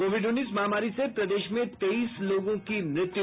Covid उन्नीस महामारी से प्रदेश में तेईस लोगों की मृत्यु